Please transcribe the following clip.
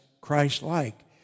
Christ-like